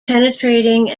penetrating